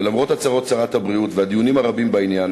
ולמרות הצהרות שרת הבריאות והדיונים הרבים בעניין,